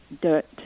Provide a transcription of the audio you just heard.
dirt